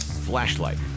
flashlight